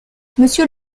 monsieur